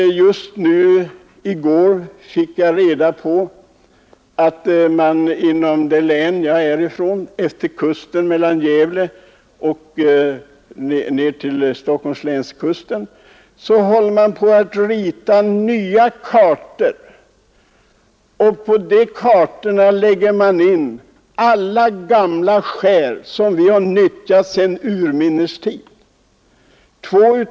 Just i går fick jag reda på att man inom det län som jag bor i håller på att rita nya kartor över områdena utefter kusten mellan Gävle och ner till Stockholms län. På de kartorna lägger man in alla gamla skär som vi har nyttjat sedan urminnes tider, men äganderätten ligger kvar hos kronan.